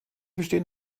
bestehen